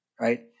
right